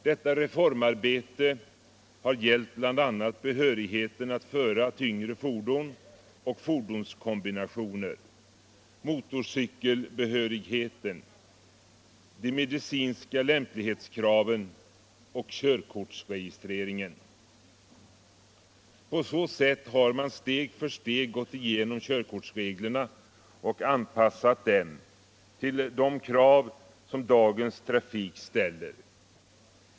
Detta reformarbete har gällt bl.a. behörigheten att föra tyngre fordon och fordonskombinationer, motorcykelbehörigheten, de medicinska lämplighetskraven och körkortsregistreringen. På så sätt har man steg för steg gått igenom körkortsreglerna och anpassat dem till de krav som dagens trafik ställer.